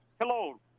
Hello